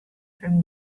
from